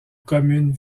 commune